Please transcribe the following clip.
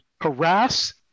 harass